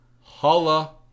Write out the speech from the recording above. holla